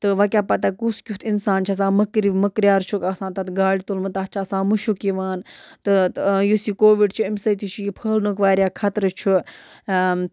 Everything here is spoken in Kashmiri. تہٕ وَ کیٛاہ پَتاہ کُس کیُتھ اِنسان چھُ آسان مٔکرِ مٔکریار چھُکھ آسان تَتھ گاڑِ تُلمُت تَتھ چھُ آسان مُشُک یِوان تہٕ یُس یہِ کووِڈ چھُ اَمہِ سۭتۍ تہِ چھُ یہِ پھٔلہنُک وارِیاہ خطرٕ چھُ